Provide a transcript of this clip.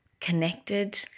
connected